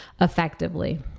effectively